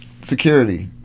Security